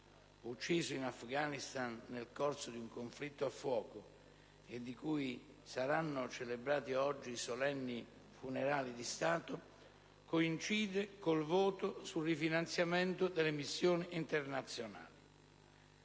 ucciso in Afghanistan nel corso di un conflitto a fuoco, del quale saranno celebrati oggi i solenni funerali di Stato, coincide con il voto sul rifinanziamento delle missioni internazionali.